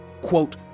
quote